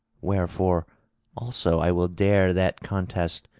wherefore also i will dare that contest,